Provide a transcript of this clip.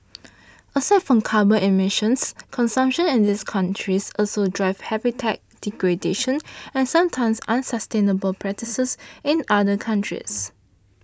aside from carbon emissions consumption in these countries also drives habitat degradation and sometimes unsustainable practices in other countries